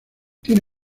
tiene